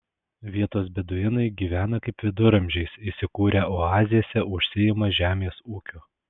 vietos beduinai gyvena kaip viduramžiais įsikūrę oazėse užsiima žemės ūkiu